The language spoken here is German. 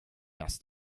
dass